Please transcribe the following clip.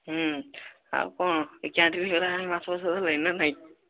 ହୁଁ ଆଉ କ'ଣ ଏଇ କ୍ୟାଣ୍ଟିନ୍ ଘର ଆଡ଼େ ମାଛ ଫାଚ ଧରିଲେଣି ନାଁ ନାଇଁ